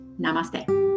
Namaste